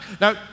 Now